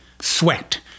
Sweat